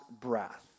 breath